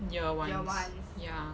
year ones ya